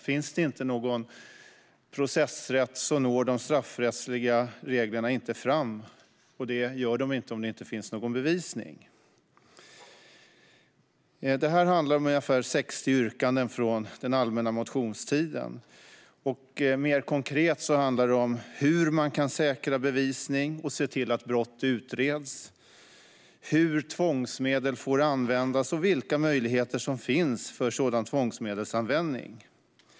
Finns det inte någon processrätt når de straffrättsliga reglerna inte fram, och det gör de inte om det inte finns någon bevisning. Detta handlar om ungefär 60 yrkanden från den allmänna motionstiden. Mer konkret handlar det om hur man kan säkra bevisning och se till att brott utreds och om hur tvångsmedel får användas och vilka möjligheter som finns för sådan tvångsmedelsanvändning.